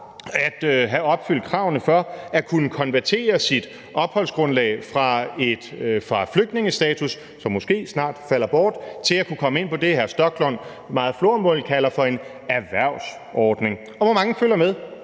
at have opfyldt kravene for at kunne konvertere sit opholdsgrundlag fra flygtningestatus, som måske snart falder bort, til at kunne komme ind på det, hr. Rasmus Stoklund meget floromvundent kalder for en erhvervsordning, og hvor mange følger med